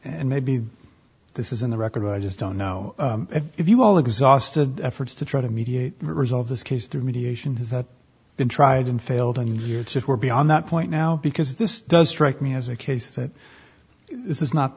and maybe this is in the record but i just don't know if you all exhausted efforts to try to mediate resolve this case through mediation has that been tried and failed and you're just we're beyond that point now because this does strike me as a case that this is not